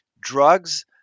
drugs